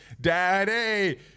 Daddy